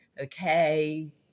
okay